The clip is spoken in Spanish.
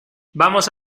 vamos